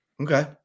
Okay